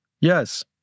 Yes